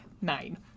nine